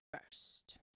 first